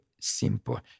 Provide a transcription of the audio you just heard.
simple